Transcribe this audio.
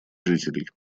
жителей